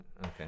Okay